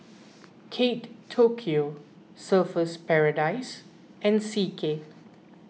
Kate Tokyo Surfer's Paradise and C K